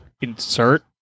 insert